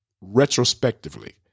retrospectively